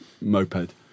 moped